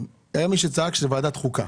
אורך הדברים הוא גם סממן של הנקודות החשובות.